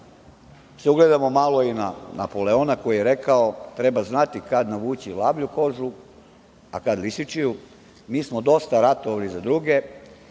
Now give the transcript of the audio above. se ugledamo malo i na Napoleona, koji je rekao – treba znati kada navući lavlju kožu, a kada lisičiju. Mi smo dosta ratovali za druge,